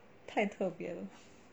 太特别了